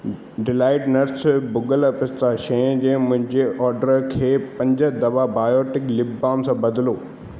delight nuts भुग॒ल पिस्ता शइ जे मुंहिंजे ऑडर खे पंज दब्बा॒ बायोटिक लिप बाम सां बदलो